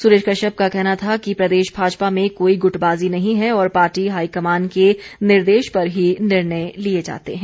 सुरेश कश्यप का कहना था कि प्रदेश भाजपा में कोई ग्टबाजी नहीं है और पार्टी हाईकमान के निर्देश पर ही निर्णय लिए जाते हैं